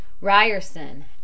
Ryerson